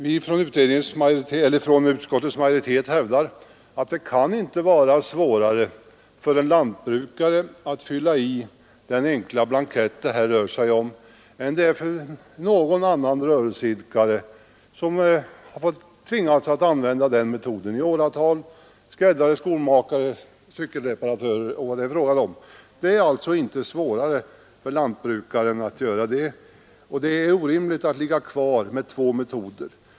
Vi som tillhör utskottets majoritet hävdar emellertid att det inte kan vara svårare för en lantbrukare att fylla i den enkla blankett det här rör sig om än det är för någon annan rörelseidkare, som i åratal har varit tvungen att använda den metoden, t.ex. skräddare, skomakare, cykelreparatörer och andra. Det är inte svårare för lantbrukaren att göra det, och det är orimligt att ligga kvar med två metoder.